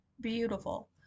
beautiful